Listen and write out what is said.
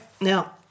Now